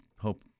hope